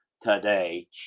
today